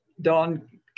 Don